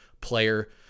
player